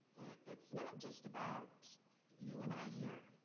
it's not just about you and i here.